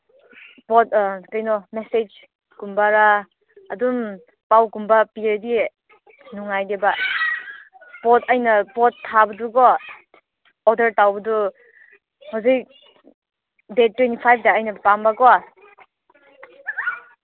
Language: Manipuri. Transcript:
ꯄꯣꯠ ꯀꯩꯅꯣ ꯃꯦꯁꯦꯖ ꯀꯨꯝꯕꯔ ꯑꯗꯨꯝ ꯄꯥꯎꯒꯨꯝꯕ ꯄꯤꯔꯗꯤ ꯅꯨꯡꯉꯥꯏꯒꯦꯕ ꯄꯣꯠ ꯑꯩꯅ ꯄꯣꯠ ꯊꯥꯕꯗꯨꯀꯣ ꯑꯣꯗꯔ ꯇꯧꯕꯗꯨ ꯍꯧꯖꯤꯛ ꯗꯦꯠ ꯇ꯭ꯋꯦꯟꯇꯤ ꯐꯥꯏꯚꯇ ꯑꯩꯅ ꯄꯥꯝꯕꯀꯣ